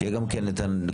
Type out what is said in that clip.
שיהיה גם כן את הנקודות.